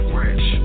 rich